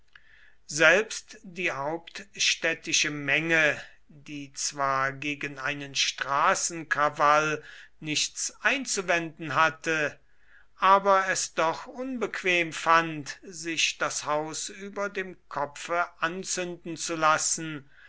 selbst die hauptstädtische menge die zwar gegen einen straßenkrawall nichts einzuwenden hatte aber es doch unbequem fand sich das haus über dem kopfe anzünden zu lassen